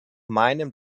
meinem